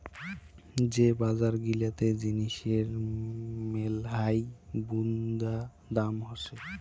যে বজার গিলাতে জিনিসের মেলহাই বুন্দা দাম হসে